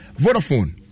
Vodafone